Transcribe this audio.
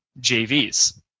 JVs